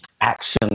action